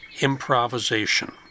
improvisation